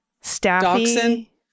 Staffy